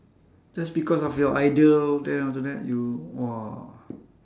just because of your idol then after that you !wah!